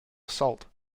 assault